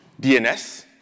DNS